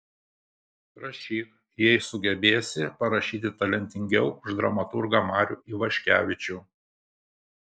rašyk jei sugebėsi parašyti talentingiau už dramaturgą marių ivaškevičių